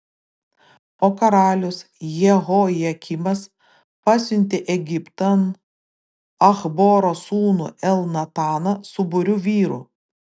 o karalius jehojakimas pasiuntė egiptan achboro sūnų elnataną su būriu vyrų